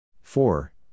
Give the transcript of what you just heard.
Four